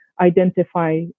identify